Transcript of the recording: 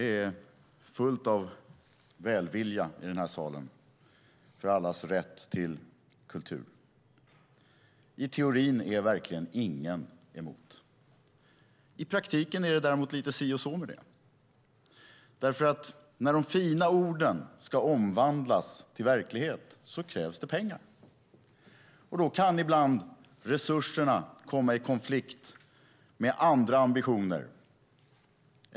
Det är fullt av välvilja i den här salen för allas rätt till kultur. I teorin är verkligen ingen emot. I praktiken är det däremot lite si och så med det, därför att när de fina orden ska omvandlas till verklighet krävs det pengar. Då kan ibland resurserna komma i konflikt med andra ambitioner.